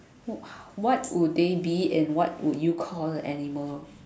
how what would they be and what would you call the animal